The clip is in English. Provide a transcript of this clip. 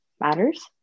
matters